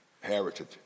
heritage